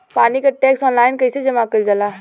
पानी क tax online कईसे जमा कईल जाला?